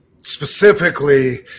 specifically